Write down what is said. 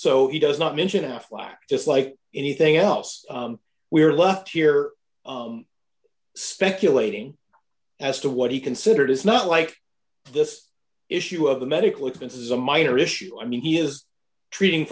so he does not mention aflac just like anything else we are left here speculating as to what he considered is not like this issue of the medical expenses a minor issue i mean he is treating